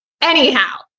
Anyhow